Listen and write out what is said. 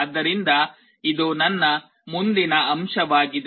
ಆದ್ದರಿಂದ ಇದು ನನ್ನ ಮುಂದಿನ ಅಂಶವಾಗಿದೆ